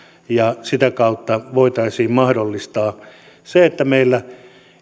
ja sitä kautta voitaisiin mahdollistaa se että meillä